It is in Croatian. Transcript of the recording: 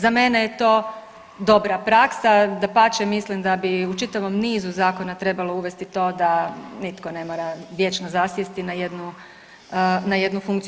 Za mene je to dobra praksa, dapače, mislim da bi u čitavom nizu zakona trebalo uvesti to da nitko ne mora vječno zasjesti na jednu funkciju.